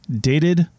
dated